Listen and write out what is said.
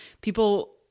people